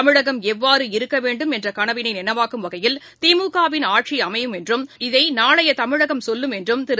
தமிழகம் எவ்வாறு இருக்க வேண்டும் என்ற கனவினை நனவாக்கும் வகையில் திமுகவின் ஆட்சி அமையும் என்றும் இதை நாளைய தமிழகம் சொல்லும் என்றும் திரு